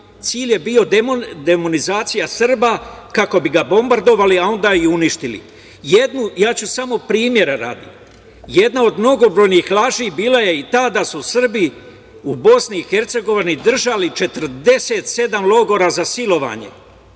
Cilj je bio demonizacija Srba kako bi ga bombardovali, a onda i uništili. Ja ću samo, primera radi, jedna od mnogo brojnih laži bila je i ta da su Srbi u BiH držali 47 logora za silovanje